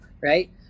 right